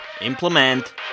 implement